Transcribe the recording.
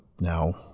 now